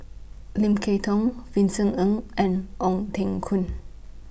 Lim Kay Tong Vincent Ng and Ong Teng Koon